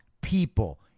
people